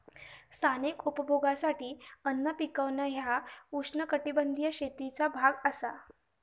स्थानिक उपभोगासाठी अन्न पिकवणा ह्या उष्णकटिबंधीय शेतीचो भाग असा